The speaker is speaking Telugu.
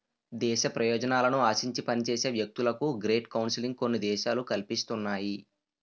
దేశ ప్రయోజనాలను ఆశించి పనిచేసే వ్యక్తులకు గ్రేట్ కౌన్సిలింగ్ కొన్ని దేశాలు కల్పిస్తున్నాయి